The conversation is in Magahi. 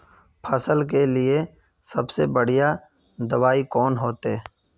फसल के लिए सबसे बढ़िया दबाइ कौन होते?